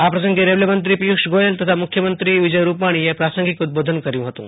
આ પ્રસગે રેલ્વે મંત્રી પિયુષ ગોયલ તથા મખ્યમંત્રી વિજય રૂપાણી પ્રાસંગિક સંબોધન કર્યુ